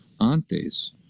antes